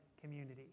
community